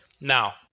Now